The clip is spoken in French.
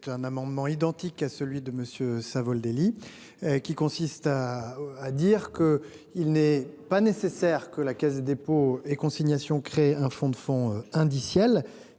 C'est un amendement identique à celui de Monsieur. Savoldelli. Qui consiste à à dire que il n'est pas nécessaire que la Caisse des dépôts et consignations, créer un fonds de fonds indiciels